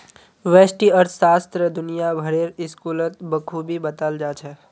व्यष्टि अर्थशास्त्र दुनिया भरेर स्कूलत बखूबी बताल जा छह